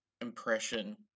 impression